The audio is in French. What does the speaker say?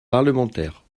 parlementaires